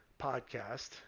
podcast